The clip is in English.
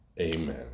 Amen